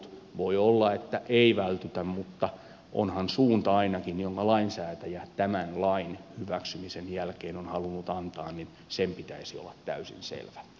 voi olla että ei vältytä mutta onhan suunta ainakin se minkä lainsäätäjä tämän lain hyväksymisen jälkeen on halunnut antaa sen pitäisi olla täysin selvä